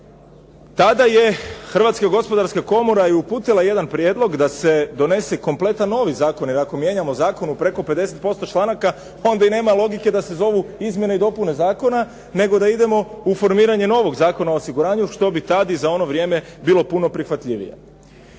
tada je Hrvatska gospodarska komora i uputila jedan prijedlog da se donese kompletan novi zakon, jer ako mijenjamo zakon u preko 50% članaka onda i nema logike da se zovu izmjene i dopune zakona, nego da idemo u formiranje novog Zakona o osiguranju što bi tad i za ono vrijeme bilo puno prihvatljivije.